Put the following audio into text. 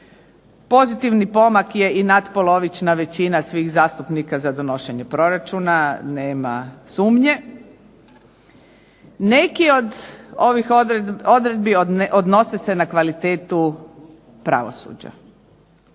Pozitivan pomak je i natpolovična veličina za donošenje proračuna. Nema sumnje. Neki od ovih odredbi odnose se na kvalitetu pravosuđa.